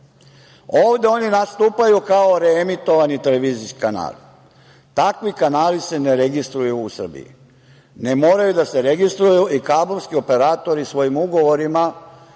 Ovde oni nastupaju kao reemitovani televizijski kanali. Takvi kanali se ne registruju u Srbiji. Ne moraju da se registruju i kablovski operatori svojim ugovorima